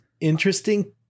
interesting